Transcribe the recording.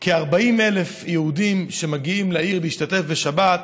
כ-40,000 יהודים שמגיעים לעיר להשתתף בשבת.